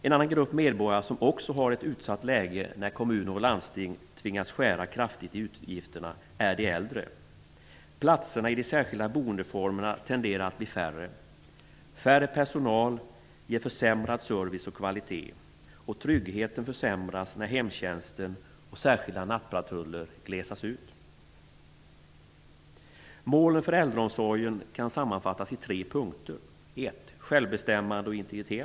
En annan grupp medborgare som också har ett utsatt läge när kommuner och landsting tvingas skära kraftigt i utgifterna är de äldre. Platserna i de särskilda boendeformerna tenderar att bli färre. Mindre personal ger försämrad service och kvalitet. Tryggheten försämras när hemtjänsten och särskilda nattpatruller glesas ut. Målen för äldreomsorgen kan sammanfattas i tre punkter: 3.